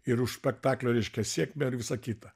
ir už spektaklio reiškia sėkmę ir visa kita